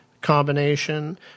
combination